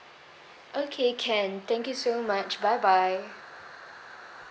okay can thank you so much bye bye